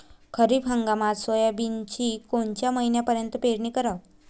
खरीप हंगामात सोयाबीनची कोनच्या महिन्यापर्यंत पेरनी कराव?